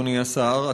אדוני השר,